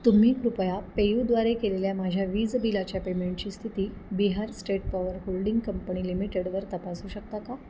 तुम्ही कृपया पेयूद्वारे केलेल्या माझ्या वीज बिलाच्या पेमेंटची स्थिती Bihar State Power Holding Company लिमिटेडवर तपासू शकता का